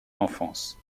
l’enfance